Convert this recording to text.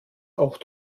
auch